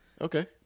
Okay